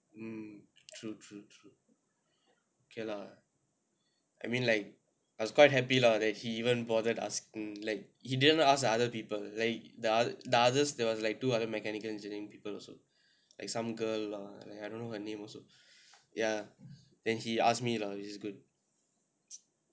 um true true true okay lah I mean like I was quite happy lah that he even bothered asking like he didn't ask other people like the other they were like two other mechanical engineering people also like some girl lah like I don't know her name also ya then he asked me lah which is good